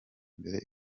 imbere